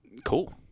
Cool